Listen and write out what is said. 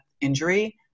injury